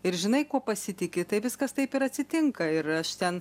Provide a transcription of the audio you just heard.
ir žinai kuo pasitiki tai viskas taip ir atsitinka ir aš ten